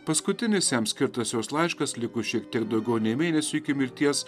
paskutinis jam skirtas jos laiškas likus šiek tiek daugiau nei mėnesiui iki mirties